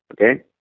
okay